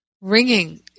ringing